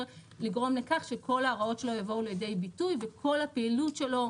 לגרום לכך שכל ההוראות שלו יבואו לידי ביטוי וכל הפעילות שלו,